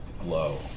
glow